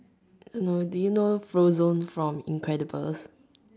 don't know do you know Frozen from the incredibles